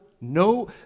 No